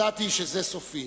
זה סופי.